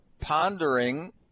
pondering